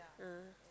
ah